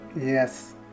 Yes